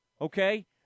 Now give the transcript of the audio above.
okay